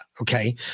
okay